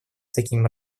таким